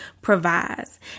provides